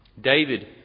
David